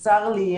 צר לי,